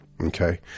Okay